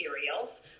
materials